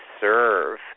serve